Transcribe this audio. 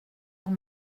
leur